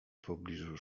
pobliżu